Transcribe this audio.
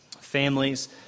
families